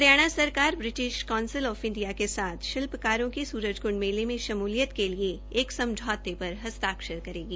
हरियाणा सरकार British Council of India के साथ शिल्पकारों की सूरजकृंड मेले में शमूलियत के लिए एक समझौते पर हस्ताक्षर करेगी